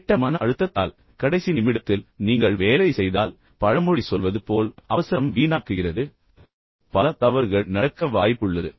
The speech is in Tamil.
இப்போது கெட்ட மன அழுத்தத்தால் கடைசி நிமிடத்தில் நீங்கள் வேலை செய்தால் பழமொழி சொல்வது போல் அவசரம் வீணாக்குகிறது பல தவறுகள் நடக்க வாய்ப்புள்ளது